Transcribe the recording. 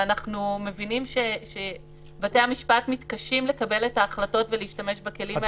ואנחנו מבינים שבתי המשפט מתקשים לקבל את ההחלטות ולהשתמש בכלים האלה.